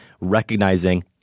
recognizing